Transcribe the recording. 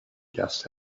guest